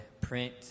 print